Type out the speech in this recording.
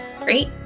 great